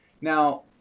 Now